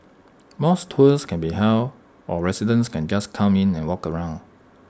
mosque tours can be held or residents can just come in and walk around